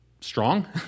strong